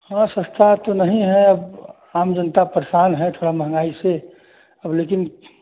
हाँ सस्ता तो नहीं है अब आम जनता परेशान है थोड़ा महंगाई से और लेकिन